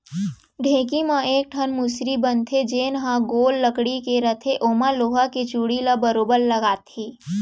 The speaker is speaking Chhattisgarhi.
ढेंकी म एक ठन मुसरी बन थे जेन हर गोल लकड़ी के रथे ओमा लोहा के चूड़ी ल बरोबर लगाथे